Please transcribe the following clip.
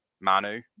Manu